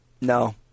No